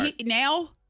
Now